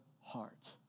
heart